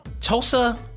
Tulsa